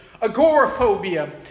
agoraphobia